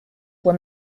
were